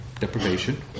deprivation